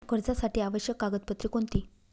कर्जासाठी आवश्यक कागदपत्रे कोणती?